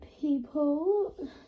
people